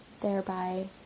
thereby